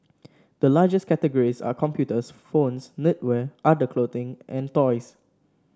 the largest categories are computers phones knitwear other clothing and toys